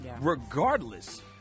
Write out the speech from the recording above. regardless